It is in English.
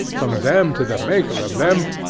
from them to the maker of them,